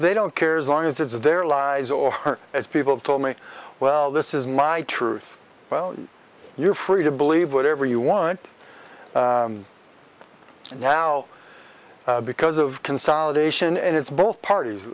they don't care as long as is their lies or as people told me well this is my truth well you're free to believe whatever you want now because of consolidation and it's both parties